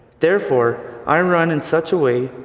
therefore i run in such a way,